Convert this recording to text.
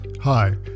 Hi